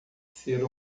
ser